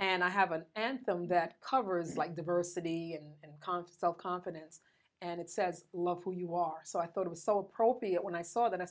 and i have an anthem that covers like diversity and console confidence and it says love who you are so i thought it was so appropriate when i saw that i